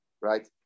Right